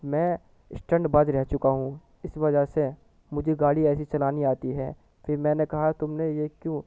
میں اسٹنٹ باز رہ چکا ہوں اس وجہ سے مجھے گاڑی ایسی چلانی آتی ہے پھر میں نے کہا تم نے یہ کیوں